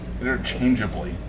interchangeably